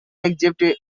adjective